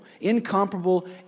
incomparable